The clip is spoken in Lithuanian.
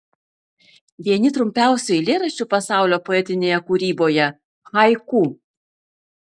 vieni trumpiausių eilėraščių pasaulio poetinėje kūryboje haiku